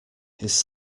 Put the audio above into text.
his